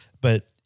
But-